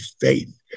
faith